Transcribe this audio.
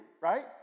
right